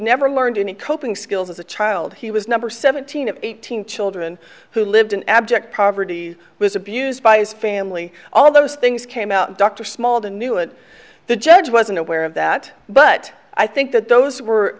never learned any coping skills as a child he was number seventeen of eighteen children who lived in abject poverty was abused by his family all of those things came out dr small the new and the judge wasn't aware of that but i think that those were